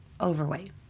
overweight